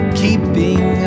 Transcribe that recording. keeping